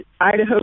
Idaho